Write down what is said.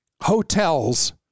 hotels